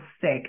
sick